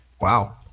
Wow